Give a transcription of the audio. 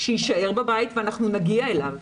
שיישאר בבית ואנחנו נגיע אליו,